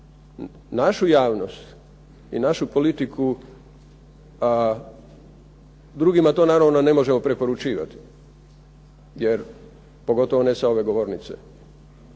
našu javnost i našu politiku drugima naravno ne možemo preporučivati, jer pogotovo ne sa ove govornice.